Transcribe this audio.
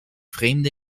vreemde